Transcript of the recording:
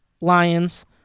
Lions